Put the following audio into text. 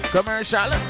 Commercial